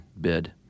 bid